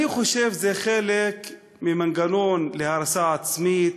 אני חושב שזה חלק ממנגנון הרס עצמי,